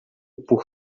por